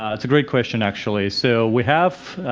ah it's a great question actually, so we have,